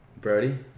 Brody